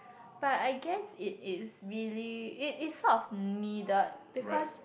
but I guess it is really it it sort of needed because